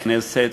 בכנסת,